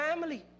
family